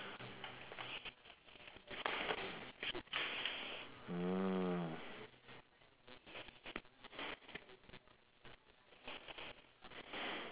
mm